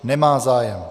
Nemá zájem.